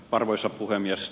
arvoisa puhemies